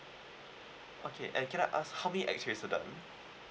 okay and can I ask how many X-ray are done